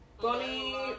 Bonnie